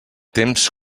temps